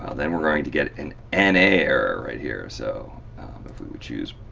ah then we're going to get an n a error right here. so if we we choose